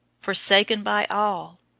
forsaken by all,